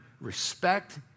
respect